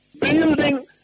Building